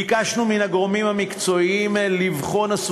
ביקשנו מן הגורמים המקצועיים לבחון את